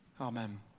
Amen